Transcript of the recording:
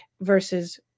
versus